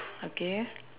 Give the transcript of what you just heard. okay